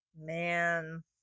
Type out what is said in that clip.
Man